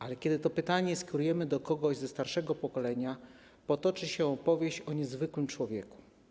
Ale kiedy to pytanie skierujemy do kogoś ze starszego pokolenia, potoczy się opowieść o niezwykłym człowieku.